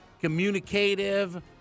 Communicative